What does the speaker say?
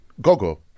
Gogo